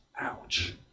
ouch